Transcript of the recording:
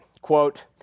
Quote